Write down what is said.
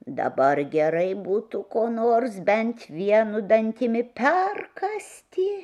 dabar gerai būtų ko nors bent vienu dantimi perkąsti